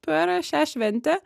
per šią šventę